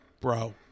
Bro